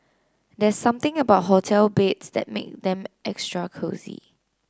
there's something about hotel beds that make them extra cosy